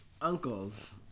uncles